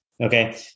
okay